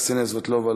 קסניה סבטלובה,